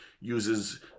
uses